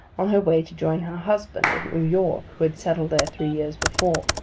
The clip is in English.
on her way to join her husband at new york, who had settled there three years before.